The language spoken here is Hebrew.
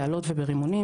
באלות וברימונים,